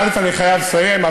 אני חייב לסיים,